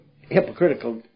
hypocritical